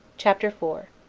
chapter four.